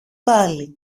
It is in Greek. πάλι